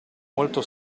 molto